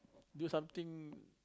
do something